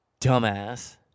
dumbass